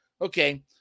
Okay